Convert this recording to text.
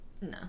No